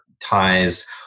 ties